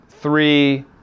three